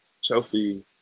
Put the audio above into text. Chelsea